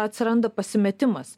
atsiranda pasimetimas